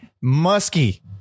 musky